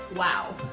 wow.